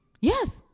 Yes